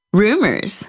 rumors